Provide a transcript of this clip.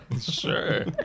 Sure